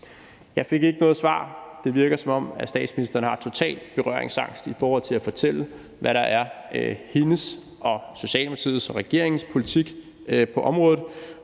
Jeg fik ikke noget svar. Det virker, som om statsministeren har total berøringsangst i forhold til at fortælle, hvad der er hendes og Socialdemokratiets og regeringens politik på området.